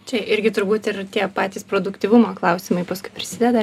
čia irgi turbūt ir tie patys produktyvumo klausimai paskui prisideda